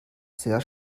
sehr